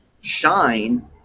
shine